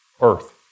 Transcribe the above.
earth